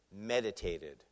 meditated